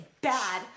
bad